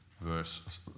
verse